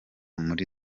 muri